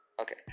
Okay